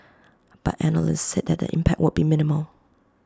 but analysts said that the impact would be minimal